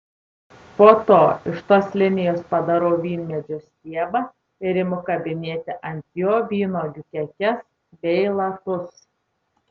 po to iš tos linijos padarau vynmedžio stiebą ir imu kabinėti ant jo vynuogių kekes bei lapus